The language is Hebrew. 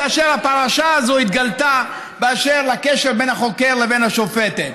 כאשר הפרשה הזאת התגלתה באשר לקשר בין החוקר לבין השופטת.